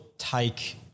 take